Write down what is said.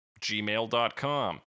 gmail.com